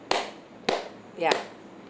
ya